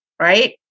right